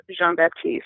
Jean-Baptiste